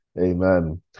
Amen